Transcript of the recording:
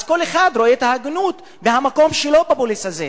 אז כל אחד רואה את ההגינות מהמקום שלו בפוליס הזה.